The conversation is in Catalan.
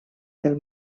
del